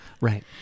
Right